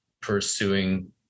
pursuing